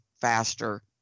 faster